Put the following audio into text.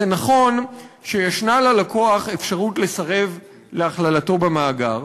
זה נכון שיש ללקוח אפשרות לסרב להכללתו במאגר,